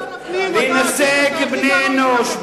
להינשא כבני-אנוש,